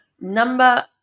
Number